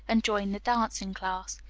and join the dancing class.